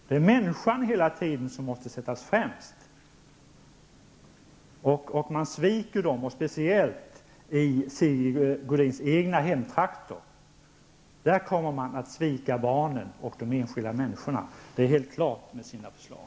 Det är hela tiden människan som måste sättas främst. Men man sviker, framför allt i Sigge Godins hemtrakter, barnen, de enskilda människorna, med sådana här förslag.